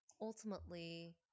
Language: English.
ultimately